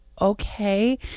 okay